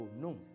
no